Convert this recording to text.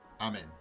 Amen